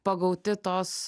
pagauti tos